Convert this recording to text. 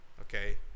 okay